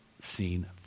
scene